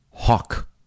Hawk